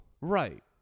Right